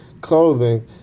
clothing